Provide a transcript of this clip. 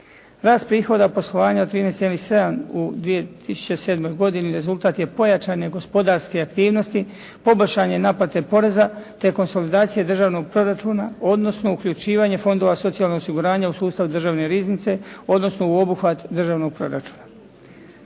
Rast prihoda poslovanja od 13,7 u 2007. godini rezultat je pojačane gospodarske aktivnosti, poboljšanje naplate poreza te konsolidacija državnog proračuna odnosno uključivanje fondova socijalnog osiguranja u sustav Državne riznice odnosno u obuhvat državnog proračuna.